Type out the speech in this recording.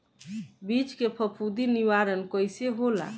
बीज के फफूंदी निवारण कईसे होला?